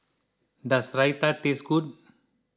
does Raita taste good